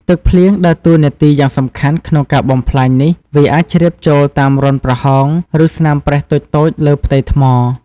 ទឹកភ្លៀងដើរតួនាទីយ៉ាងសំខាន់ក្នុងការបំផ្លាញនេះ វាអាចជ្រាបចូលតាមរន្ធប្រហោង ឬស្នាមប្រេះតូចៗលើផ្ទៃថ្ម។